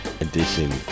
Edition